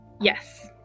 yes